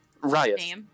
Riot